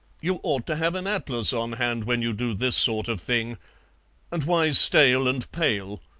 you ought to have an atlas on hand when you do this sort of thing and why stale and pale?